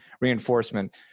reinforcement